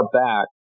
back